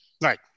Right